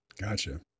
Gotcha